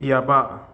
याबा